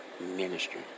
ministry